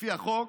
לפי החוק,